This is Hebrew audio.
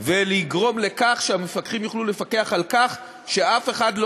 ולגרום לכך שהמפקחים יוכלו לפקח על כך שאף אחד לא